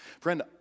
friend